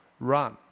Run